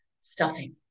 stuffing